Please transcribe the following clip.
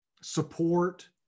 support